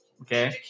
Okay